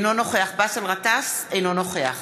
אינו נוכח באסל גטאס, אינו נוכח